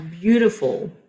beautiful